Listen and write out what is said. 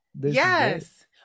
Yes